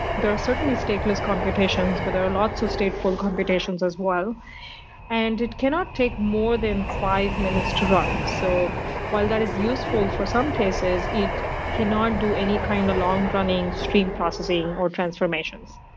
there are certainly stateless computations but there are lots of stateful computations as well and it cannot take more than five minutes to run. so while that is useful for some cases, it cannot do any kind of long-running stream processing or transformations.